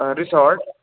resort